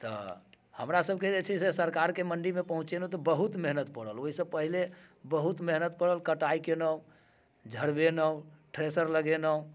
तऽ हमरा सबके जे छै से सरकारके मण्डीमे पहुचेलहुँ तऽ बहुत मेहनत पड़ल ओइसँ पहिने बहुत मेहनत पड़ल कटाइ कयलहुँ झरबेलहुँ थ्रेसर लगेलहुँ